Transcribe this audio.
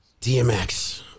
DMX